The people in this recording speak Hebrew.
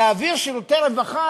להעביר שירותי רווחה,